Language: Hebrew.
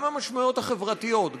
גם המשמעויות החברתיות,